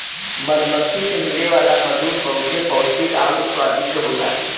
मधुमक्खी से मिले वाला मधु बहुते पौष्टिक आउर स्वादिष्ट होला